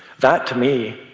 that, to me,